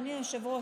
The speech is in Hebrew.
אדוני היושב-ראש,